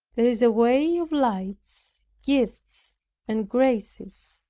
there is a way of lights, gifts and graces,